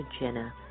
Jenna